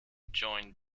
joined